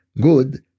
good